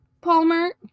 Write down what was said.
Palmer